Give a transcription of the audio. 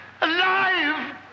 alive